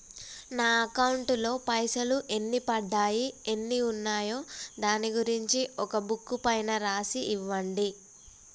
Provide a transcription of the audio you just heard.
నా అకౌంట్ లో పైసలు ఎన్ని పడ్డాయి ఎన్ని ఉన్నాయో దాని గురించి ఒక బుక్కు పైన రాసి ఇవ్వండి?